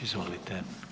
Izvolite.